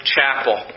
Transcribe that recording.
Chapel